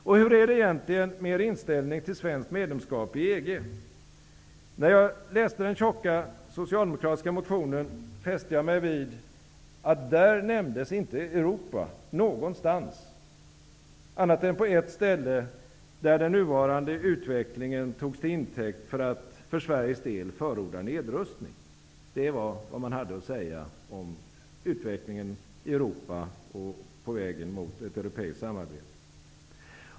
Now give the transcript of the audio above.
Och hur är det egentligen med er inställning till svenskt medlemskap i EG? När jag läste den tjocka socialdemokratiska motionen fäste jag mig vid att Europa inte nämndes någonstans, annat än på ett ställe, där den nuvarande utvecklingen togs till intäkt för att förorda en nedrustning för Sveriges del. Det var vad man hade att säga om utvecklingen i Europa, på vägen mot ett europeiskt samarbete.